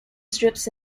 strips